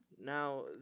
Now